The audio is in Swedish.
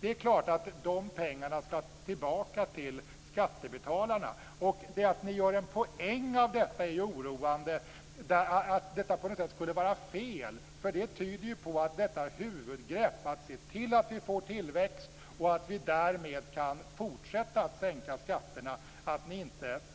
Det är klart att de pengarna skall tillbaka till skattebetalarna. Det som är oroande är att ni gör en poäng av detta, att det skulle vara fel. Det tyder på att ni inte ställer upp på huvudgreppet att se till att det blir tillväxt och därmed kan fortsätta att sänka skatterna.